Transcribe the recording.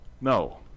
No